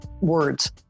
words